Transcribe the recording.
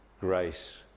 grace